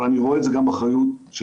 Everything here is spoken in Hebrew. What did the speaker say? אבל אני רואה את זה גם כאחריות שלכם.